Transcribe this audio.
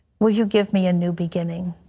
will you give me a new beginning?